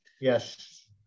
Yes